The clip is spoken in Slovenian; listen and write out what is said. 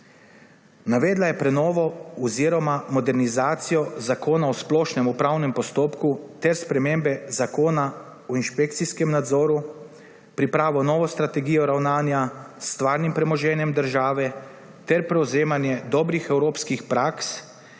Navedla je prenovo oziroma modernizacijo Zakona o splošnem upravnem postopku ter spremembe Zakona o inšpekcijskem nadzoru, pripravo nove strategije ravnanja s stvarnim premoženjem države ter prevzemanje dobrih evropskih praks